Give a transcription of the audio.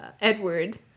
edward